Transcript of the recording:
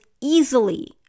easily